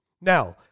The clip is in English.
now